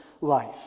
life